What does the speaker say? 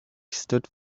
stood